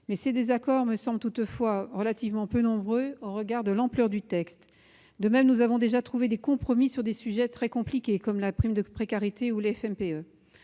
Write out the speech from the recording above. Ces désaccords sont toutefois peu nombreux au regard de l'ampleur du texte. Nous avons déjà trouvé des compromis sur des sujets très compliqués, comme la prime de précarité ou les FMPE.